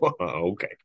okay